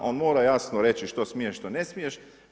On mora jasno reći što smiješ, što ne smiješ.